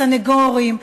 סנגורים,